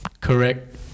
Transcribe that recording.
correct